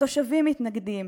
התושבים מתנגדים,